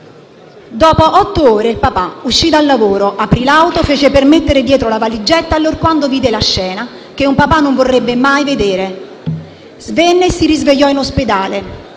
Dopo otto ore il papà uscì dal lavoro, aprì l'auto, fece per mettere dietro la valigetta allorquando vide la scena che un papà non vorrebbe mai vedere. Svenne e si risvegliò in ospedale,